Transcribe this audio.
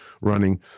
running